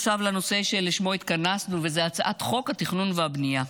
עכשיו לנושא שלשמו התכנסנו: הצעת חוק התכנון והבנייה.